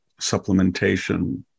supplementation